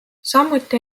samuti